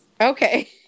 okay